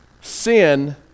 sin